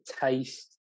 taste